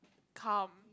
calm